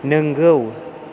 नोंगौ